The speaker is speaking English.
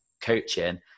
coaching